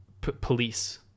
police